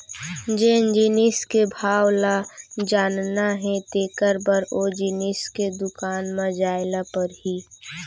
जेन जिनिस के भाव ल जानना हे तेकर बर ओ जिनिस के दुकान म जाय ल परही